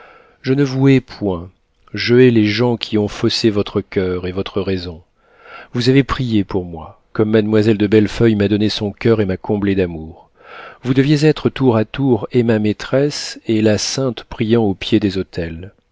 je ne vous hais point je hais les gens qui ont faussé votre coeur et votre raison vous avez prié pour moi comme mademoiselle de bellefeuille m'a donné son coeur et m'a comblé d'amour vous deviez être tour à tour et ma maîtresse et la sainte priant au pied des autels